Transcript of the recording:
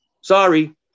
Sorry